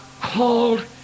called